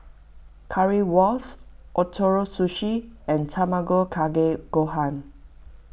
Currywurst Ootoro Sushi and Tamago Kake Gohan